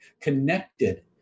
connected